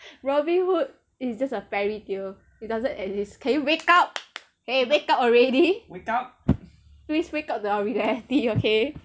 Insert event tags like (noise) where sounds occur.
robin hood is just a fairy tale it doesn't exist can you wake up (noise) !hey! wake up already please wake up to the reality okay